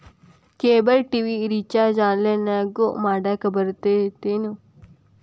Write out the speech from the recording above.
cable TV recharge ಆನ್ಲೈನ್ನ್ಯಾಗು ಮಾಡಕ ಬರತ್ತೇನು